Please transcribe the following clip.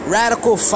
radical